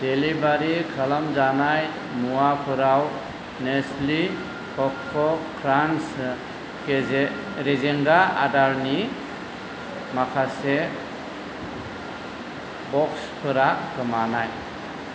delivery खालामजानाय मुवाफोराव नेस्लि कक'क्रान्स गेजेर रेजेंगा आदारनि माखासे बक्सफोरा गोमानाय